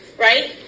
right